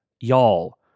y'all